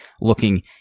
looking